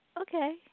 okay